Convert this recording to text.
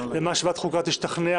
אם ועדת החוקה תשתכנע